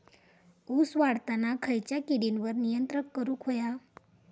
ऊस वाढताना खयच्या किडींवर नियंत्रण करुक व्हया?